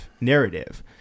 narrative